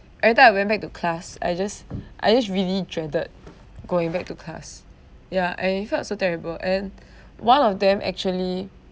every time I went back to class I just I just really dreaded going back to class ya and it felt so terrible and one of them actually